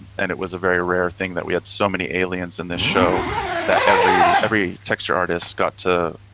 and it was a very rare thing that we had so many aliens in this show that every every texture artists got to,